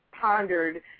pondered